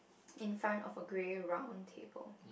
in front of a grey round table